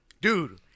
dude